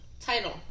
Title